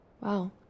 Wow